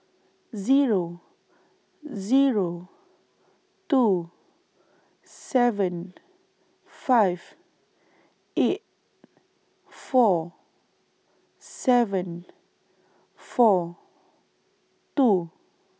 Zero Zero two seven five eight four seven four two